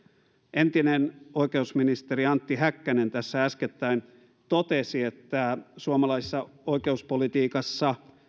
entinen oikeusministeri antti häkkänen tässä äskettäin totesi että suomalaisessa oikeuspolitiikassa